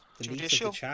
judicial